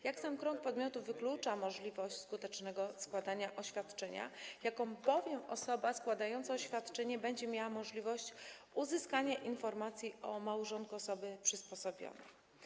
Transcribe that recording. Już sam krąg podmiotów wyklucza możliwość skutecznego składania oświadczenia, jaką bowiem osoba składająca oświadczenie będzie miała możliwość uzyskania informacji o małżonku osoby przysposobionej?